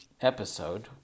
episode